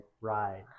ride